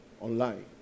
online